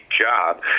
job